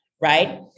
right